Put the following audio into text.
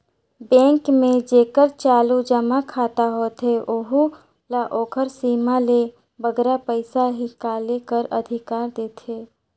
bank में जेकर चालू जमा खाता होथे ओहू ल ओकर सीमा ले बगरा पइसा हिंकाले कर अधिकार देथे